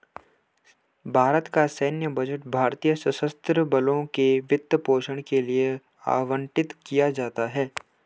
भारत का सैन्य बजट भारतीय सशस्त्र बलों के वित्त पोषण के लिए आवंटित किया जाता है